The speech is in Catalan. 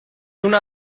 una